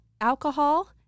alcohol